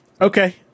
Okay